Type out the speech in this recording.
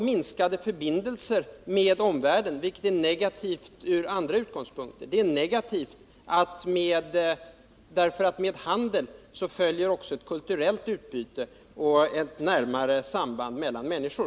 Minskade förbindelser med omvärlden är någonting negativt också av det skälet att med handel följer också ett kulturellt utbyte och ett närmare samband mellan människor.